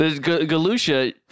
Galusha